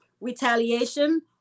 retaliation